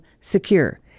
secure